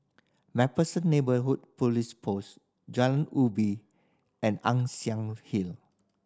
Macpherson Neighbourhood Police Post Jalan Ubin and Ann Siang Hill